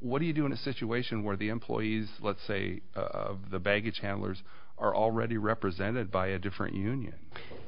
what do you do in a situation where the employees let's say the baggage handlers are already represented by a different union